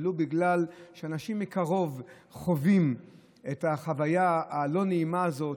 ולו בגלל שאנשים מקרוב חווים את החוויה הלא-נעימה הזאת,